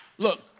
Look